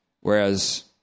Whereas